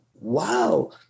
Wow